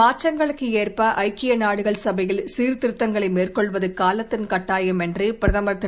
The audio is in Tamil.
மாற்றங்களுக்கு ஏற்ப ஐக்கிய நாடுகள் சபையில் சீர்திருத்தங்களை மேற்கொள்வது காலத்தின் கட்டாயம் என்று பிரதமர் திரு